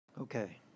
Okay